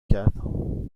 کرد